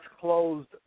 closed